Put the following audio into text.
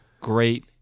great